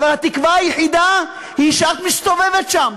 אבל התקווה היחידה היא שאת מסתובבת שם.